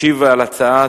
על ההצעה